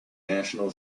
national